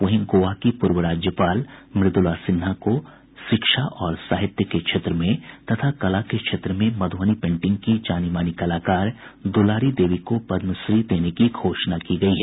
वहीं गोवा की पूर्व राज्यपाल मृदुला सिन्हा को शिक्षा और साहित्य के क्षेत्र में तथा कला के क्षेत्र में मध्यबनी पेंटिंग की जानी मानी कलाकार दुलारी देवी को पद्मश्री देने की घोषणा की गयी है